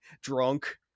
drunk